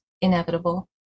inevitable